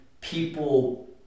people